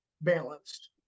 balanced